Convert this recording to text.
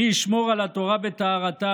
מי ישמור על התורה וטוהרתה?